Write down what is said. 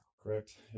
Correct